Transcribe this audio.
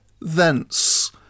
thence